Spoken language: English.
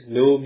no